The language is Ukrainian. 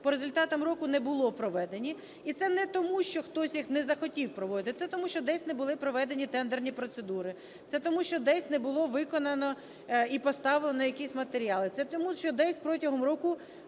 по результатам року не були проведені. І це не тому, що хтось їх не захотів проводити. Це тому, що десь не були проведені тендерні процедури, це тому, що десь не було виконано і поставлено якісь матеріали, це тому, що десь протягом року